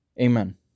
Amen